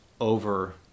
over